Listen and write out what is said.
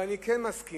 אבל אני כן מסכים